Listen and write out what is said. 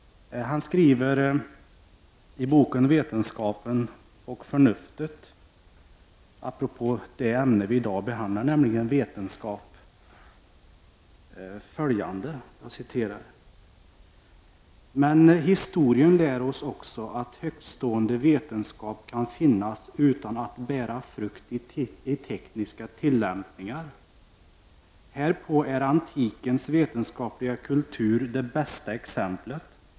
Han skriver i boken Vetenskapen och förnuftet — apropå det ämne som vi i dag behandlar, nämligen vetenskap —- följande: ”Men historien lär oss också, att högtstående vetenskap kan finnas utan att bära frukt i tekniska tillämpningar. Härpå är antikens vetenskapliga kultur det bästa exemplet.